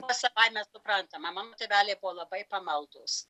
buvo savaime suprantama mano tėveliai buvo labai pamaldūs